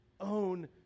own